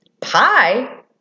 Pie